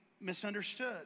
misunderstood